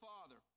Father